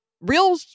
real